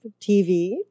TV